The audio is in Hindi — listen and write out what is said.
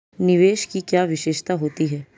निवेश की क्या विशेषता होती है?